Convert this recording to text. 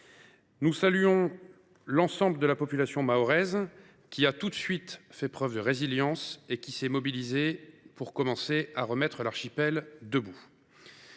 Nous saluons l’ensemble de la population mahoraise, qui a tout de suite fait preuve de résilience et qui s’est mobilisée pour commencer à remettre l’archipel debout.